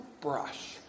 brush